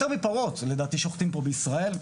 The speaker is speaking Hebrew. יותר מפרות לדעתי שוחטים פה בישראל.